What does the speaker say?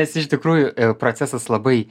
nes iš tikrųjų procesas labai